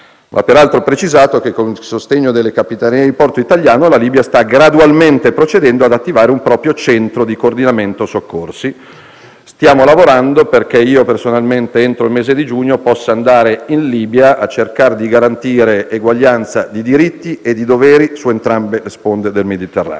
Va peraltro precisato che, con il sostegno delle capitanerie di porto italiane, la Libia sta gradualmente procedendo ad attivare un proprio centro di coordinamento soccorsi. Stiamo lavorando perché io personalmente, entro il mese di giugno, possa andare in Libia per cercare di garantire eguaglianza di diritti e di doveri su entrambe le sponde del Mediterraneo.